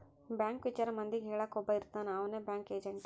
bank ವಿಚಾರ ಮಂದಿಗೆ ಹೇಳಕ್ ಒಬ್ಬ ಇರ್ತಾನ ಅವ್ನೆ ಬ್ಯಾಂಕ್ ಏಜೆಂಟ್